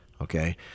okay